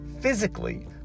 physically